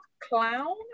Clown